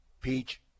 Peach